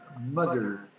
mother